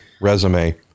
resume